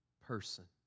person